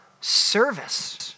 service